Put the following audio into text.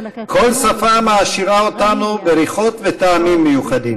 כל שפה מעשירה אותנו בריחות ובטעמים מיוחדים.